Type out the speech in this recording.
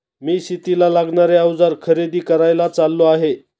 मी शेतीला लागणारे अवजार खरेदी करायला चाललो आहे